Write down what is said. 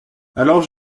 alors